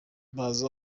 bazi